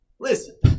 Listen